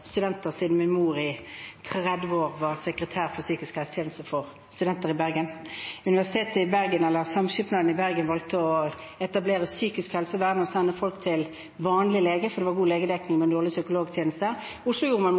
studenter, siden min mor i 30 år var sekretær for psykisk helsetjeneste for studenter i Bergen. Samskipnaden i Bergen valgte å etablere psykisk helsevern og sende folk til vanlig lege, for det var god legedekning, men dårlig med psykologtjenester. I Oslo gjorde man